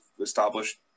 established